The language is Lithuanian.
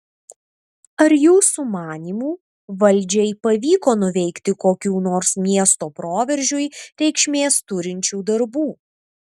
ar jūsų manymu valdžiai pavyko nuveikti kokių nors miesto proveržiui reikšmės turinčių darbų